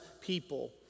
people